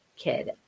kid